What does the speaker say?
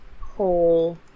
whole